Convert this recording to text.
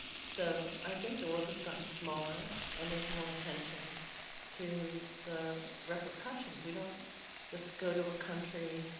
so i think the world has gotten smaller, and there's more attention to the repercussions. we don't just go to a country,